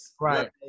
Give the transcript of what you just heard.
Right